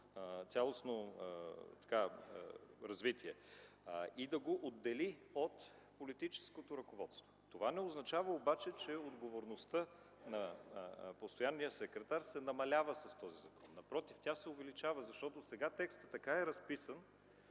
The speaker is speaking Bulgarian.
цялостно развитие и да го отдели от политическото ръководство. Това не означава обаче, че отговорността на постоянния секретар се намалява с този законопроект. Напротив, тя се увеличава, защото сега текстът така е разписан,